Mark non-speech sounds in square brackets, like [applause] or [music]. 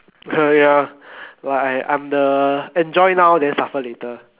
[noise] ya like I'm the enjoy now then suffer later